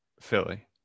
Philly